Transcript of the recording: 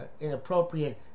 inappropriate